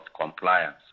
compliance